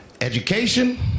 Education